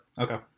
Okay